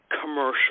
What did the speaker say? commercial